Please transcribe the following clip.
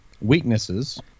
Weaknesses